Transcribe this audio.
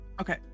Okay